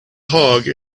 hog